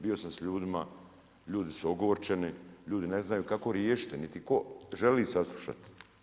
Bio sam s ljudima, ljudi su ogorčeni, ljudi ne znaju kako riješiti niti tko želi saslušati.